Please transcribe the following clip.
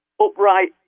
upright